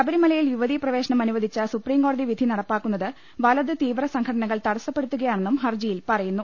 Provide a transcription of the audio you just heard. ശബരിമലയിൽ യുവതീ പ്രവേശനം അനുവദിച്ച സുപ്രീം കോടതി വിധി നടപ്പാക്കുന്നത് വലത് തീവ്ര സംഘടനകൾ തടസ്സപ്പെടുത്തുക യാണെന്നും ഹർജിയിൽ പറയുന്നു